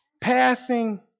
Passing